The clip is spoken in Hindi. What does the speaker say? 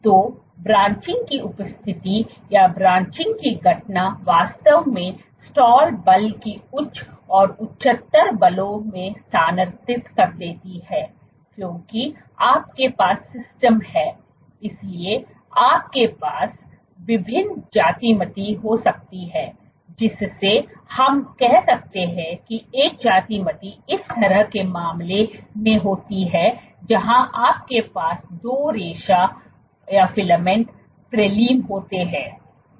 तो ब्रांचिंग की उपस्थिति या ब्रांचिंग की घटना वास्तव में स्टाल बल को उच्च और उच्चतर बलों में स्थानांतरित कर देती है क्योंकि आपके पास सिस्टम हैं इसलिए आपके पास विभिन्न ज्यामिति हो सकती हैं जिससे हम कह सकते हैं कि एक ज्यामिति इस तरह के मामले में होती है जहां आपके पास दो रेशा प्रीलिम होते हैं